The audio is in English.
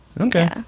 Okay